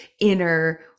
inner